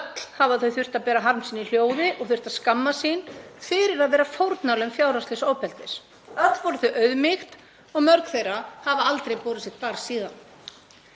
hafa þau þurft að bera harm sinn í hljóði og þurft að skammast sín fyrir að vera fórnarlömb fjárhagslegs ofbeldis. Öll voru þau auðmýkt og mörg þeirra hafa aldrei borið sitt barr síðan.